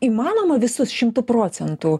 įmanoma visus šimtu procentų